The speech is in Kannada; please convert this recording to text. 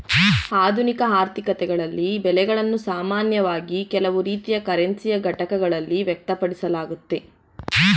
ಆಧುನಿಕ ಆರ್ಥಿಕತೆಗಳಲ್ಲಿ ಬೆಲೆಗಳನ್ನು ಸಾಮಾನ್ಯವಾಗಿ ಕೆಲವು ರೀತಿಯ ಕರೆನ್ಸಿಯ ಘಟಕಗಳಲ್ಲಿ ವ್ಯಕ್ತಪಡಿಸಲಾಗುತ್ತೆ